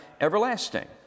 everlasting